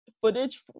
footage